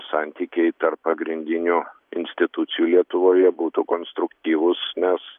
santykiai tarp pagrindinių institucijų lietuvoje būtų konstruktyvūs nes